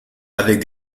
avec